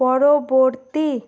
পরবর্তী